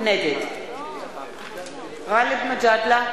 נגד גאלב מג'אדלה,